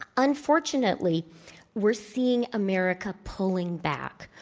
unfortunately we're seeing america pulling back.